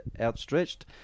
outstretched